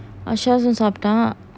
சைஸும் சப்தான்:asausum saptan